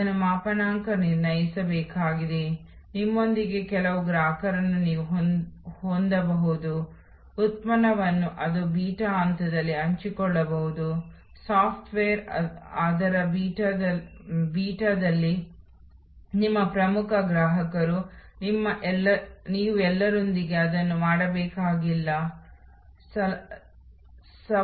ಆದ್ದರಿಂದ ಸೇವಾ ಪರಿಕಲ್ಪನೆಯು ಗ್ರಾಹಕರನ್ನು ತೃಪ್ತಿಪಡಿಸುವ ನಿಖರವಾದ ಮಾನದಂಡಗಳ ಮೇಲೆ ಕೇಂದ್ರೀಕರಿಸುತ್ತದೆ ನಂತರ ನಾವು ಗ್ರಾಹಕರ ತೃಪ್ತಿ ಮಾದರಿಗಳನ್ನು ನೋಡಿದಾಗ ನಾವು ಸೇವಾ ಪರಿಕಲ್ಪನೆಗಳ ಪ್ರಮುಖ ಅಂಶಗಳನ್ನು ನೋಡುತ್ತೇವೆ